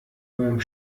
beim